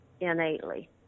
innately